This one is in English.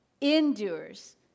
endures